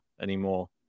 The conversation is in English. anymore